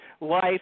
life